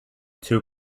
too